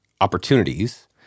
opportunities—